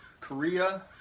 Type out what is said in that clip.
Korea